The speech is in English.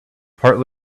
part